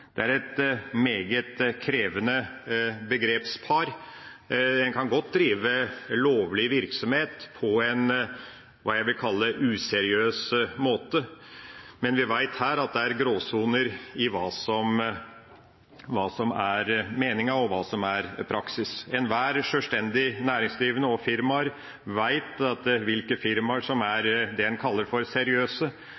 Det er et meget krevende begrepspar. En kan godt drive lovlig virksomhet på en hva jeg vil kalle useriøs måte, men vi vet at det her er gråsoner i hva som er meninga, og hva som er praksis. Enhver sjølstendig næringsdrivende og ethvert firma vet hvilke firmaer som er